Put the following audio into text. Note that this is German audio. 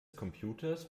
computers